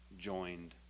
joined